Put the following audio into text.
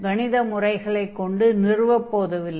கணித முறைகளைக் கொண்டு நிறுவப் போவதில்லை